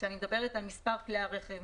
כשאני מדברת על מספר כלי הרכב,